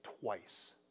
twice